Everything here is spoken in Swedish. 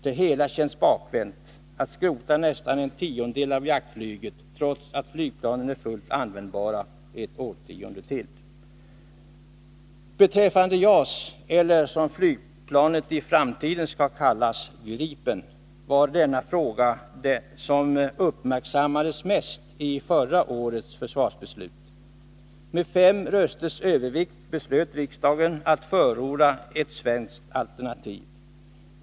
Det hela känns bakvänt — nästan en tiondel av jaktflyget skulle skrotas, trots att flygplanen är fullt användbara ett årtionde till. Frågan om JAS eller, som flygplanet i framtiden skall kallas, Gripen var den fråga som uppmärksammades mest i samband med förra årets försvarsbeslut. Med fem rösters övervikt beslöt riksdagen att förorda ett svenskt alternativ.